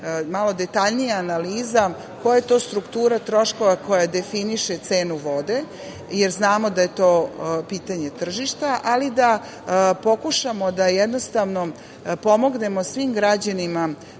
malo detaljnija analiza, koja je to struktura troškova koja definiše cenu vode, jer znamo da je to pitanje tržišta, ali da pokušamo da pomognemo svim građanima